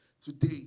Today